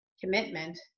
commitment